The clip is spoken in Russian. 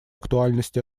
актуальность